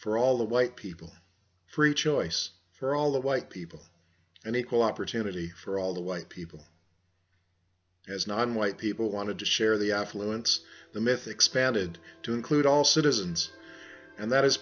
for all the white people free choice for all the white people and equal opportunity for all the white people as nonwhite people wanted to share the affluence the myth expanded to include all citizens and that is